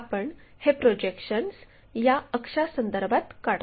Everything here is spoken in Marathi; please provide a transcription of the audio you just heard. आपण हे प्रोजेक्शन्स या अक्षासंदर्भात काढतो